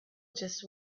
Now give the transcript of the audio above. just